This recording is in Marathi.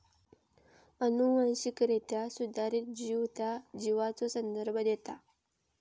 अनुवांशिकरित्या सुधारित जीव त्या जीवाचो संदर्भ देता